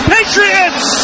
Patriots